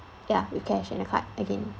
ya with cash and the card again